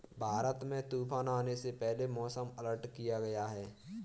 भारत में तूफान आने से पहले मौसम अलर्ट किया गया है